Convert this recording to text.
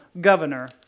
governor